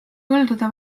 põldude